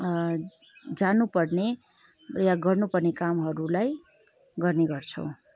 जानुपर्ने या गर्नुपर्ने कामहरूलाई गर्ने गर्छौँ